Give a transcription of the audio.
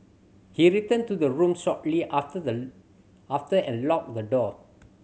he returned to the room shortly after the after and locked the door